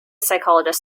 psychologist